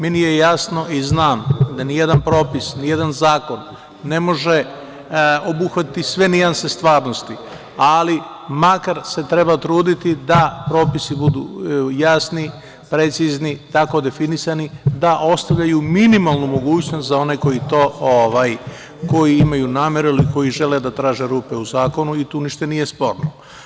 Meni je jasno i znam da ni jedan propis, ni jedan zakon ne može obuhvatiti sve nijanse stvarnosti, ali makar se treba truditi da propisi budu jasni, precizni, tako definisani da ostavljaju minimalnu mogućnost za one koji imaju nameru ili koji žele da traže rupe u zakonu i tu ništa nije sporno.